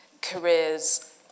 careers